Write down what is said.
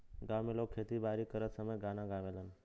गांव में लोग खेती बारी करत समय गाना गावेलन